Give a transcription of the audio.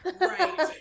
Right